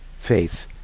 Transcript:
faith